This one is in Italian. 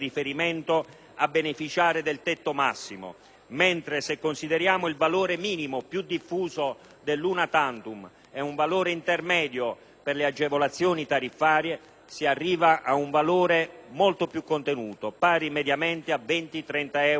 a beneficiare del tetto massimo, mentre se consideriamo il valore minimo più diffuso dell'*una tantum* e un valore intermedio per le agevolazioni tariffarie, si arriva ad un valore molto più contenuto, pari mediamente a 20-30 euro in più al mese.